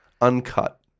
uncut